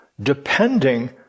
depending